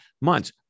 months